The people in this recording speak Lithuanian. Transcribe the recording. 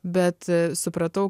bet supratau